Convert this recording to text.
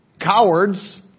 Cowards